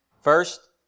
First